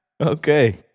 Okay